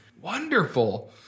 Wonderful